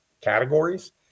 categories